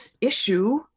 issue